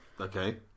Okay